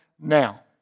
now